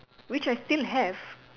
which I still have